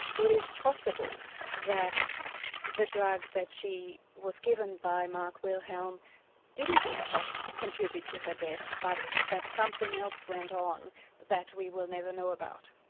it is possible that the drug that she was given by mark wilhelm didn't in fact contribute to her death, but that something else went on that we will never know about.